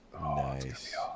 Nice